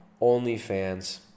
OnlyFans